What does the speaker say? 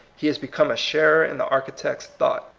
he has become a sharer in the architect's thought.